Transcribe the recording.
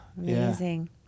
Amazing